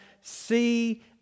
See